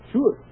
Sure